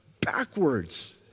backwards